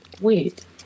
wait